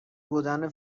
بودن